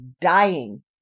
dying